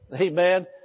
Amen